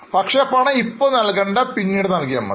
പക്ഷേ ആ പണം പിന്നീട് നൽകിയാൽ മതി